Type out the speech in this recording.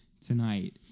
tonight